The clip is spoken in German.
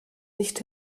nicht